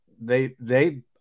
they—they